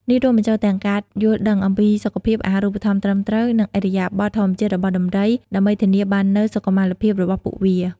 នេះរួមបញ្ចូលទាំងការយល់ដឹងអំពីសុខភាព អាហារូបត្ថម្ភត្រឹមត្រូវ និងឥរិយាបថធម្មជាតិរបស់ដំរី ដើម្បីធានាបាននូវសុខុមាលភាពរបស់ពួកវា។